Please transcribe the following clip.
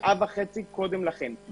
שעה וחצי קודם לכן.